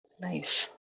Nice